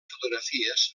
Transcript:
fotografies